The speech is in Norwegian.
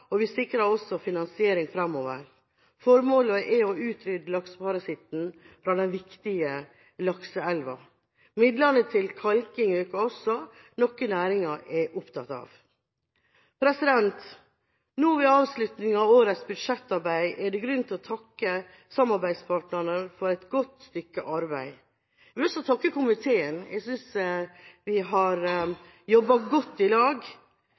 og vi sikrer også finansiering fremover. Formålet er å utrydde lakseparasitten fra den viktige lakseelva. Midlene til kalking øker også, noe næringa er svært opptatt av. Nå, ved avslutninga av årets budsjettarbeid, er det grunn til å takke samarbeidspartnerne for et godt stykke arbeid. Jeg har lyst til å takke komiteen. Jeg synes vi har jobbet godt i lag,